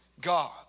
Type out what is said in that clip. God